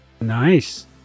Nice